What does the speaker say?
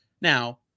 Now